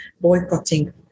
boycotting